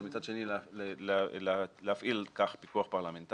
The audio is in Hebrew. אבל מצד שני להפעיל על כך פיקוח פרלמנטרי.